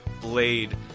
blade